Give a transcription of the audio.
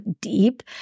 deep